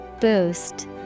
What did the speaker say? Boost